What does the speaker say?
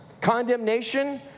condemnation